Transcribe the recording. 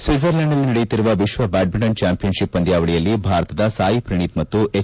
ಸ್ವೀಜರ್ಲ್ಲಾಂಡ್ನಲ್ಲಿ ನಡೆಯುತ್ತಿರುವ ವಿಶ್ವ badminton championship ಪಂದ್ಲಾವಳಿಯಲ್ಲಿ ಭಾರತದ ಸಾಯಿ ಪ್ರಣೀತ್ ಮತ್ತು ಹೆಚ್